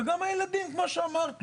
וגם הילדים כמו שאמרת,